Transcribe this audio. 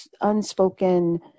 unspoken